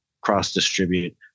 cross-distribute